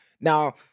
Now